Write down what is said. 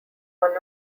one